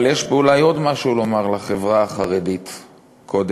אבל יש פה אולי עוד משהו לומר לחברה החרדית קודם: